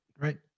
right